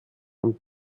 und